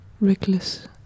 reckless